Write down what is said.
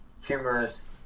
humorous